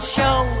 show